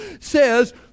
Says